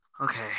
Okay